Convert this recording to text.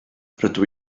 rydw